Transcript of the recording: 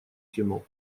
кино